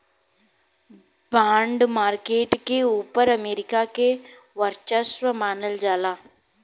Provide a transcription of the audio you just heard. bond market के ऊपर America के वर्चस्व मानल जाला